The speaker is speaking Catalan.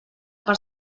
per